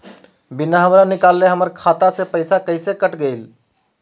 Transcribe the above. बिना हमरा निकालले, हमर खाता से पैसा कैसे कट गेलई?